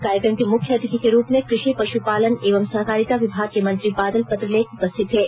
कार्यक्रम के मुख्य अतिथि के रूप में कृषि पशुपालन एवं सहकारिता विभाग के मंत्री बादल पत्रलेख उपस्थित थे